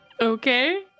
Okay